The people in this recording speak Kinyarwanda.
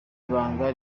ibanga